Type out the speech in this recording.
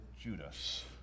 Judas